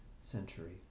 century